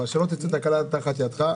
אבל שלא תצא תקלה מתחת ידך.